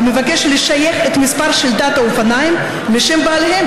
המבקש לשייך את מספר שלדת האופניים לשם בעליהם,